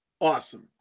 Awesome